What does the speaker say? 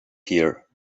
here